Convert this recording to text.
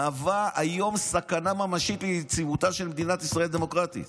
מהווה היום סכנה ממשית ליציבותה של מדינת ישראל דמוקרטית.